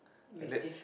and that's